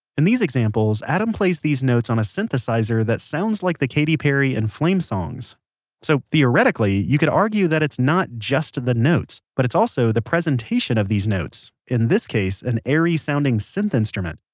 in these examples adam plays these notes on a synthesizer that sounds like the katy perry and flame songs so theoretically you could argue that it's not just the notes, but it's also the presentation of the notes in this case an airy sounding synth instrument